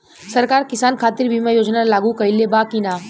सरकार किसान खातिर बीमा योजना लागू कईले बा की ना?